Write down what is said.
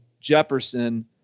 Jefferson